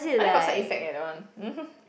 I think got side effect eh that one